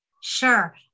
Sure